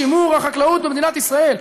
שימור החקלאות במדינת ישראל.